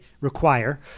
require